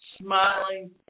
smiling